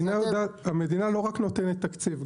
המדינה לא רק נותנת תקציב,